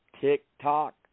TikTok